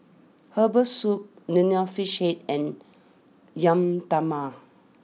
Herbal Soup Nonya Fish Head and Yam